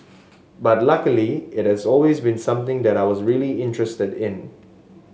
but luckily it is always been something that I was really interested in